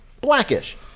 Blackish